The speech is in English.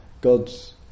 God's